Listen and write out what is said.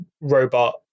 robot